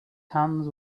hands